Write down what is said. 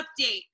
update